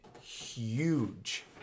huge